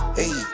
hey